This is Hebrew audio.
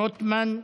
שמחה רוטמן,